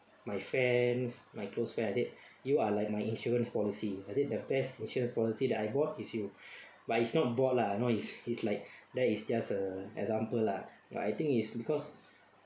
my friends my close friends I said you are like my insurance policy I said the best insurance policy that I bought is you but it's not bought lah you know is is like that is just a example lah but I think is because